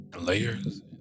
layers